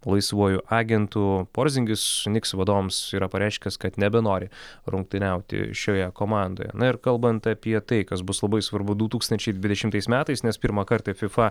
laisvuoju agentu porzingis niks vadovams yra pareiškęs kad nebenori rungtyniauti šioje komandoje na ir kalbant apie tai kas bus labai svarbu du tūkstančiai dvidešimtais metais nes pirmą kartą fifa